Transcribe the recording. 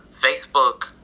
Facebook